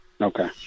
Okay